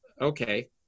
okay